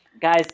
Guys